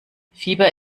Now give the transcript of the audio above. fieber